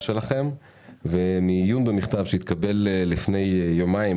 שלכם ומעיון במכתב שהתקבל לפני יומיים,